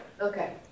Okay